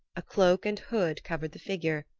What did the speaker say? a cloak and hood covered the figure,